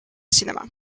cinema